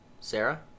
Sarah